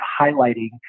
highlighting